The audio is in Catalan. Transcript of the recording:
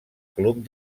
club